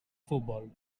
futbol